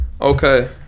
Okay